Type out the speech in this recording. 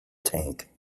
tank